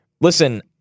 Listen